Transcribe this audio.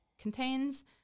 contains